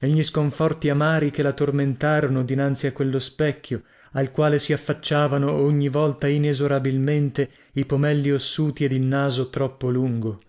e gli sconforti amari che la tormentarono dinanzi a quello specchio al quale si affacciavano ogni volta inesorabilmente i pomelli ossuti ed il naso troppo lungo